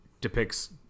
depicts